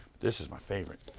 this is my favorite.